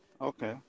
Okay